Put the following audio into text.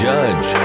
Judge